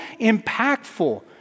impactful